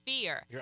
fear